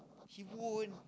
he won't